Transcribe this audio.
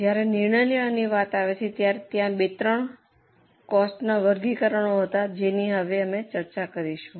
જ્યારે નિર્ણય લેવાની વાત આવે છે ત્યારે ત્યાં બે ત્રણ કોસ્ટના વર્ગીકરણો હતા જેની હવે અમે ચર્ચા કરીશું